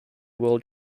world